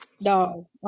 No